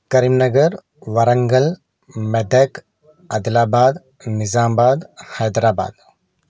Karimnagar Warangal Medak Adilabad Nizamabad Hyderabad